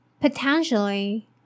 potentially